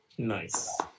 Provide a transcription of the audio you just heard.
Nice